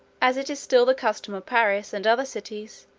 as it is still the custom of paris, and other cities,